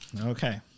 Okay